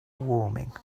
warming